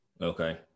Okay